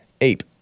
Ape